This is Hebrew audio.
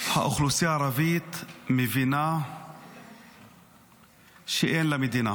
האוכלוסייה הערבית מבינה שאין לה מדינה